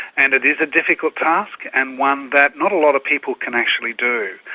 and it is a difficult task and one that not a lot of people can actually do.